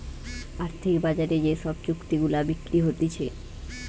আর্থিক বাজারে যে সব চুক্তি গুলা বিক্রি হতিছে